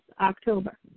October